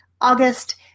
August